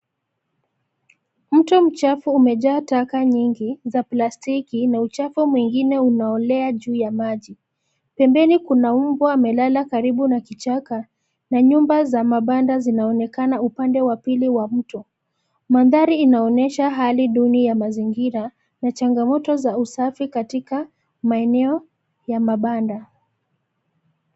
Mto mchafu umejaa taka nyingi za plastiki na uchafu mwingine unaolea juu ya maji. Pembeni kuna mbwa amelala karibu na kichaka na nyumba za mabanda zinaonekana upande wa pili wa mto. Mandhari inaonyesha hali duni ya mazingira na changamoto za usafi katika maeneo ya mabanda.